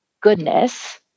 goodness